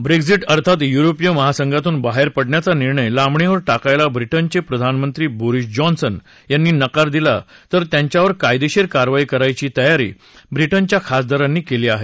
Brexit अर्थात युरोपिय महासंघातून बाहेर पडण्याचा निर्णय लांबणीवर टाकायला ब्रिटनचे प्रधानमंत्री बोरीस जॉन्सन यांनी नकार दिला तर त्यांच्यावर कायदेशीर कारवाई करायची तयारी ब्रिटनच्या खासदारांनी केली आहे